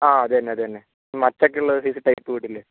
ആ അത് തന്നെ അത് തന്നെ മച്ച് ഒക്കെ ഉള്ള സൈസ് ടൈപ്പ് വീട് ഇല്ലേ